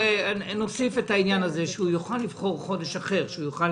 נוסיף שהוא יוכל לבחור חודש אחר, שהוא יוכל